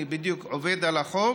אני בדיוק עובד על החוק.